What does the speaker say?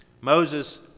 Moses